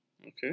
Okay